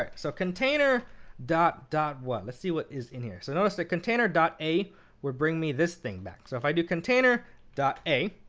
ah so container dot, dot what? let's see what is in here. so notice that container dot a will bring me this thing back. so if i do container dot a,